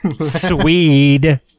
Swede